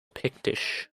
pictish